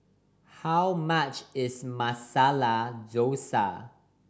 how much is Masala Dosa